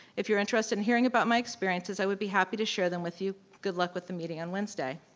if you're interested in hearing about my experiences, i would be happy to share them with you. good luck with the meeting on wednesday.